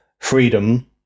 freedom